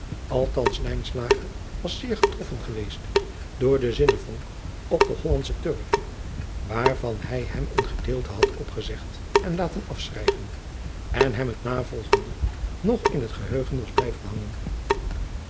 was zeer getroffen geweest door de zinnevonk op de hollandsche turf waarvan hij hem een gedeelte had opgezegd en laten afschrijven en hem het navolgende nog in het geheugen was blijven hangen